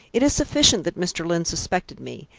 it is sufficient that mr. lyne suspected me,